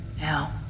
Now